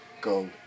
go